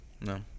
No